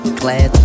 glad